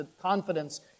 confidence